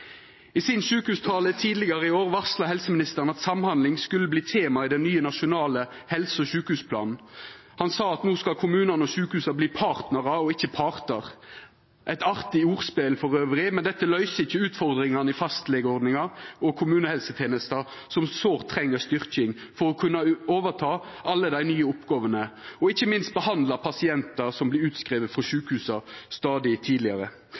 I sin sjukehustale tidlegare i år varsla helseministeren at samhandling skulle verta tema i den nye nasjonale helse- og sjukehusplanen. Han sa at no skal kommunane og sjukehusa verta partnarar og ikkje partar. Det er eit artig ordspel, men det løyser ikkje utfordringane i fastlegeordninga og kommunehelsetenesta, som sårt treng ei styrking for å kunna overta alle dei nye oppgåvene, og ikkje minst behandla pasientar som vert utskrivne frå sjukehusa stadig tidlegare.